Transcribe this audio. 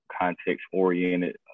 context-oriented